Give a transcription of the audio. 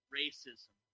racism